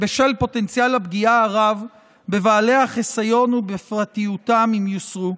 פוטנציאל הפגיעה הרב בבעלי החיסיון ובפרטיותם אם יוסרו.